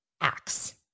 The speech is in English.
acts